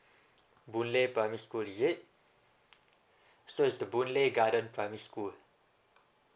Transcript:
boon lay primary school is it so it's the boon lay garden primary school